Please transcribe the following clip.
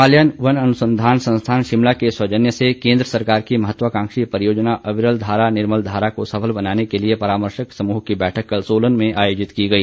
Himalayan वन अनुसंधान संस्थान शिमला के सौजन्य से केंद्र सरकार की महत्वाकांक्षी परियोजना अविरल धारा निर्मल धारा को सफल बनाने के लिए परामर्शक समूह की बैठक कल सोलन में आायोजित की गई